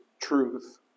truth